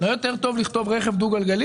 לאופניים חשמליים אין אפילו לוחית רישוי.